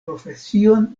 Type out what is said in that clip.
profesion